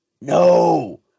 no